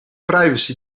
privacy